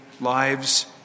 lives